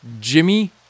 Jimmy